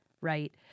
Right